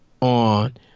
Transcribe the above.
on